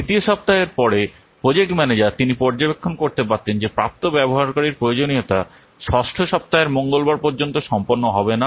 দ্বিতীয় সপ্তাহের পরে প্রজেক্ট ম্যানেজার তিনি পর্যবেক্ষণ করতে পারতেন যে প্রাপ্ত ব্যবহারকারীর প্রয়োজনীয়তা ষষ্ঠ সপ্তাহের মঙ্গলবার পর্যন্ত সম্পন্ন হবে না